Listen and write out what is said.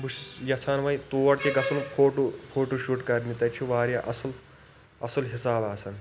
بہٕ چھُس یَژھان ونۍ تور تہِ گَژھُن فوٹو فوٹو شوٗٹ کَرنہِ تتہِ چھ واریاہ اصل اصل حِساب آسان